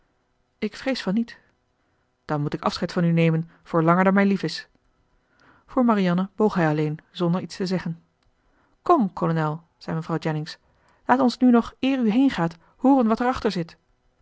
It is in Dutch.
ik vrees van niet dan moet ik afscheid van u nemen voor langer dan mij lief is voor marianne boog hij alleen zonder iets te zeggen kom kolonel zei mevrouw jennings laat ons nu nog eer u heengaat hooren wat er achter zit